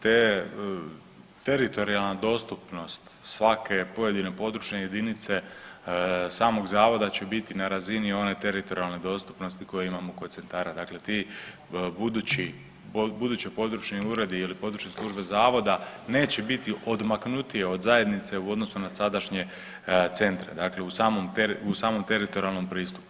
Teritorijalna dostupnost svake pojedine područne jedinice samog zavoda će biti na razini one teritorijalne dostupnosti koje imamo kod centara, dakle ti budući područni uredi ili područne službe zavoda neće biti odmaknutije od zajednice u odnosu na sadašnje centre dakle u samom teritorijalnom pristupu.